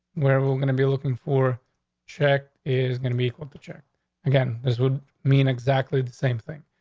where are we going to be looking for check is gonna be the check again. this would mean exactly the same thing.